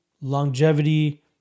longevity